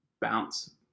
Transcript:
bounce